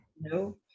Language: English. No